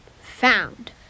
found